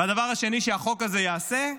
הדבר השני שהחוק הזה יעשה,